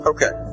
Okay